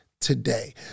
Today